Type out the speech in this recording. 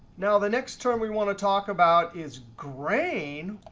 now, the next term, we want to talk about is grain.